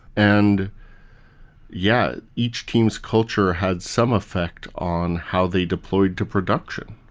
and yeah, each team's culture had some effect on how they deployed to production.